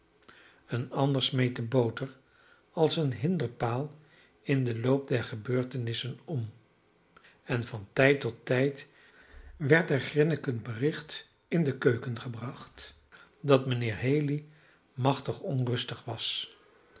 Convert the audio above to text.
een ander smeet de boter als een hinderpaal in den loop der gebeurtenissen om en van tijd tot tijd werd er grinnikend bericht in de keuken gebracht dat mijnheer haley machtig onrustig was